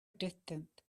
distance